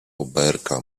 oberka